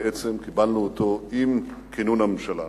בעצם קיבלנו אותו עם כינון הממשלה.